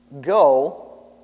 Go